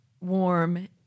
warm